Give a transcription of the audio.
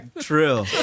True